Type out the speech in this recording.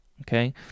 okay